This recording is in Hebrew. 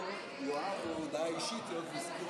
הודעה אישית זה אחרי.